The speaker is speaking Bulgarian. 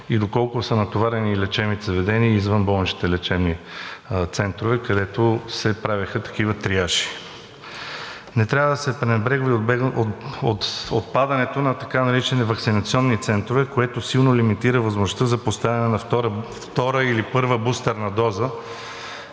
и доколко са натоварени лечебните заведения и извънболничните лечебни центрове, където се правеха такива триажи. Не трябва да се пренебрегва и отпадането на така наречените ваксинационни центрове, което силно лимитира възможността за поставяне на втора или първа бустерна доза,